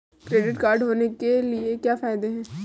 Credit card होने के क्या फायदे हैं?